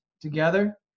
together